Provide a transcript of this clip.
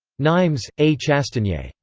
nimes a. chastanier.